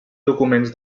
documents